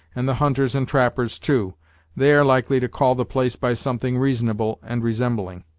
and the hunters and trappers, too they are likely to call the place by something reasonable and resembling.